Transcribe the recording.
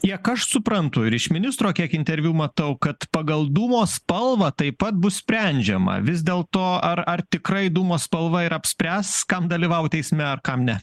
kiek aš suprantu ir iš ministro kiek interviu matau kad pagal dūmo spalvą taip pat bus sprendžiama vis dėl to ar ar tikrai dūmo spalva ir apspręs kam dalyvaut eisme ar kam ne